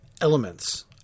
elements